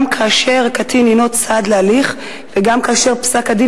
גם כאשר קטין הינו צד להליך וגם כאשר פסק-הדין